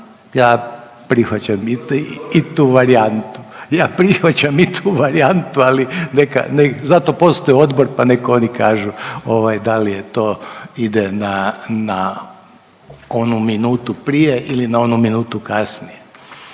ste vi u pravu, ja prihvaćam i tu varijantu, ali zato postoji odbor pa nek oni kažu da li je to ide na onu minutu prije ili onu minutu kasnije.